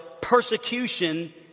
persecution